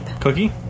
Cookie